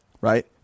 right